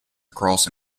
across